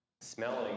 smelling